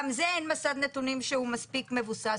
גם זה אין מסד נתונים שהוא מספיק מבוסס.